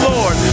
Lord